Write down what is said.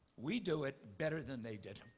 we do it better than they did.